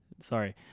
sorry